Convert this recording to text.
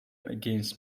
against